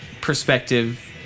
Perspective